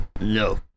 No